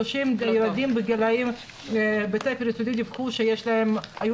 30 ילדים בגילאי בית ספר יסודי דיווחו שהיו